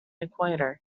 equator